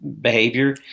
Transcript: behavior